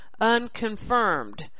unconfirmed